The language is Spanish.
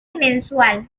mensual